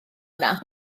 yna